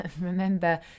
remember